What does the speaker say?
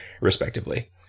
respectively